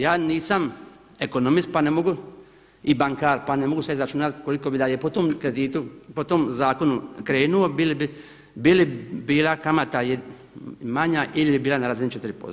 Ja nisam ekonomist pa ne mogu i bankar pa ne mogu sad izračunati koliko bi da je po tom kreditu, po tom zakonu krenuo bi li bila kamata manja ili bi bila na razini 4%